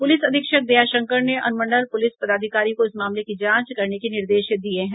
प्रलिस अधीक्षक दयाशंकर ने अनुमंडल प्रलिस पदाधिकारी को इस मामले की जांच करने के निर्देश दिये हैं